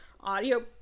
audio